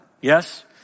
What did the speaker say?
Yes